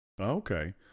Okay